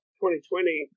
2020